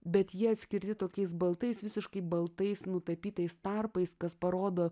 bet jie atskirti tokiais baltais visiškai baltais nutapytais tarpais kas parodo